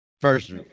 First